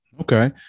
Okay